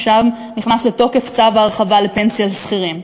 שאז נכנס לתוקף צו ההרחבה לפנסיה לשכירים.